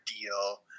deal